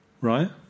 right